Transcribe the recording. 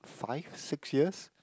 five six years